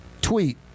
tweet